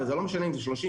וזה לא משנה אם זה 30,